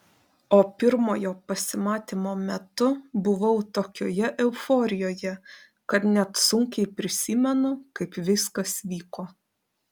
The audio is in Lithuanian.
o pirmojo pasimatymo metu buvau tokioje euforijoje kad net sunkiai prisimenu kaip viskas vyko